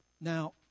Now